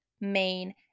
main